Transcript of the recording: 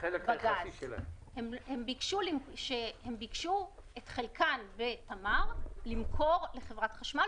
הם ביקשו את חלקם בתמר למכור לחברת החשמל